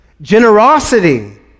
generosity